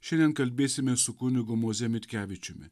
šiandien kalbėsimės su kunigu moze mitkevičiumi